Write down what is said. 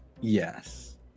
Yes